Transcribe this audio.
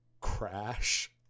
Crash